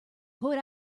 put